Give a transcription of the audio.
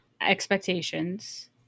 expectations